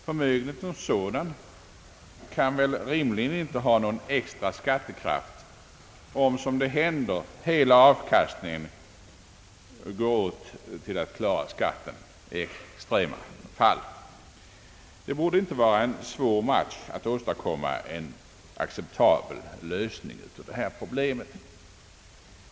Förmögenheten som sådan kan väl rimligen inte ha någon extra skattekraft om, som det händer, hela avkastningen går åt till att betala skatten. Det borde inte vara någon svår match att åstadkomma en acceptabel lösning på detta problem.